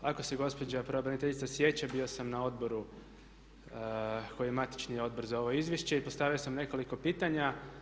Ako se gospođa pravobraniteljica sjeća, bio sam na Odboru koji je matični odbor za ovo izvješće i postavio sam nekoliko pitanja.